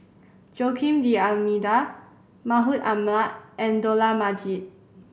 Joaquim D'Almeida Mahmud Ahmad and Dollah Majid